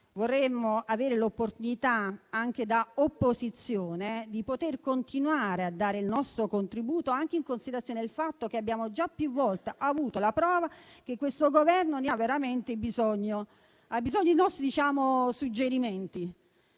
Vorremmo avere l'opportunità, anche da opposizione, di continuare a dare il nostro contributo, anche in considerazione del fatto che abbiamo già più volte avuto la prova che questo Governo ha veramente bisogno dei nostri suggerimenti.